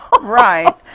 Right